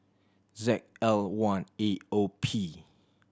Z L one A O P